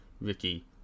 Ricky